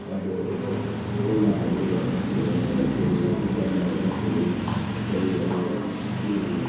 अब पहिला हाम्रो के अरे उत्पन्न हुदाँखेरि चाहिँ अब त्यो